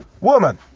woman